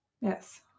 Yes